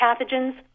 pathogens